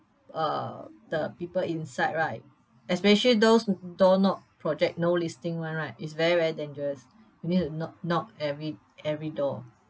uh the people inside right especially those door-knocked project no listing one right is very very dangerous you need to knock knock every every door